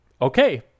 okay